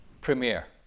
Premier